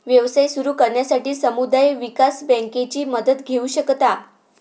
व्यवसाय सुरू करण्यासाठी समुदाय विकास बँकेची मदत घेऊ शकता